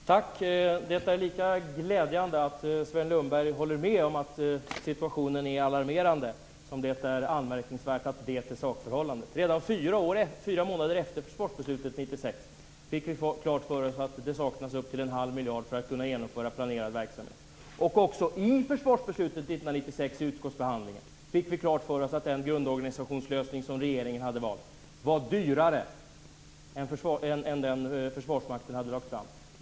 Herr talman! Det är lika glädjande att Sven Lundberg håller med om att situationen är alarmerande som det är anmärkningsvärt att det är sakförhållandet. Redan fyra månader efter försvarsbeslutet 1996 fick vi klart för oss att man saknade upp emot en halv miljard för att kunna genomföra planerad verksamhet. 1996 fick vi klart för oss att den grundorganisationslösning som regeringen hade valt var dyrare än den Försvarsmakten hade lagt fram.